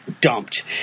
dumped